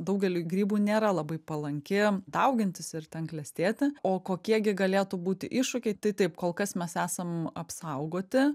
daugeliui grybų nėra labai palanki daugintis ir ten klestėti o kokie gi galėtų būti iššūkiai tai taip kol kas mes esam apsaugoti